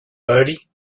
bertie